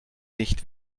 nicht